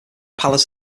palace